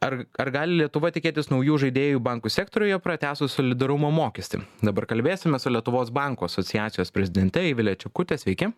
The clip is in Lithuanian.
ar ar gali lietuva tikėtis naujų žaidėjų bankų sektoriuje pratęsus solidarumo mokestį dabar kalbėsime su lietuvos bankų asociacijos prezidente eivile čekute sveiki